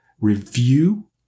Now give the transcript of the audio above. Review